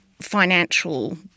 financial